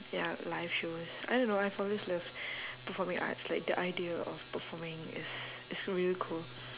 ya live shows I don't know I've always loved performing arts like the idea of performing is is really cool